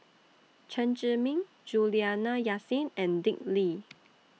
Chen Zhiming Juliana Yasin and Dick Lee